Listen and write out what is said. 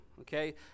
Okay